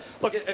Look